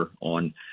on